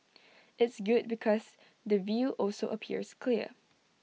it's good because the view also appears clear